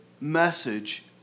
message